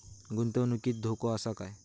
गुंतवणुकीत धोको आसा काय?